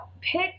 pick